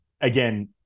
again